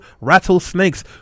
rattlesnakes